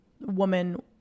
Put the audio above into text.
woman